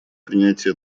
принятие